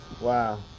Wow